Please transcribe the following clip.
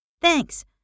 Thanks